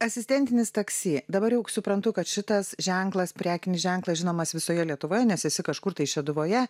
asistentinis taksi dabar jau suprantu kad šitas ženklas prekinis ženklas žinomas visoje lietuvoje nes esi kažkur tai šeduvoje